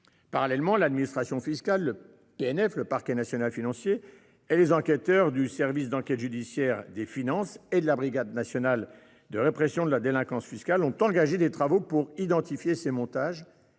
Parallèlement, l'administration fiscale, le PNF et les enquêteurs du service d'enquêtes judiciaires des finances et de la brigade nationale de répression de la délinquance fiscale ont engagé des travaux pour identifier ces montages